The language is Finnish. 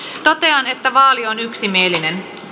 totean että vaali on yksimielinen